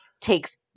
takes